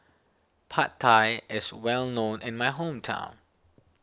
Pad Thai is well known in my hometown